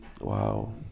wow